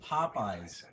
Popeyes